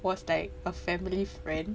was like a family friend